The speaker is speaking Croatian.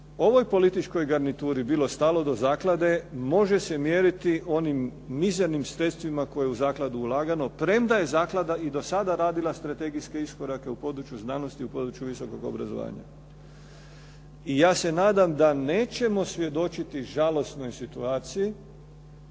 ovoj političkoj garnituri bilo stalo do zaklade može se mjeriti onim mizernim sredstvima koje je u zakladu ulagano, premda je zaklada i do sada radila strategijske iskorake u području znanosti, u području visokog obrazovanja. I ja se nadam da nećemo svjedočiti žalosnoj situaciji